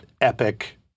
epic